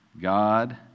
God